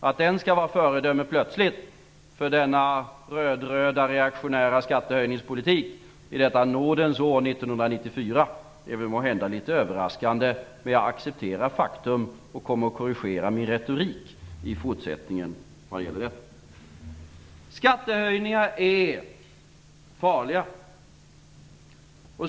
Att den plötsligt skall vara ett föredöme för denna röd-röda reaktionära skattehöjningspolitik i detta nådens år 1994 är måhända litet överraskande. Men jag accepterar faktum och kommer att korrigera min retorik i fortsättningen vad gäller detta. Skattehöjningar är farliga.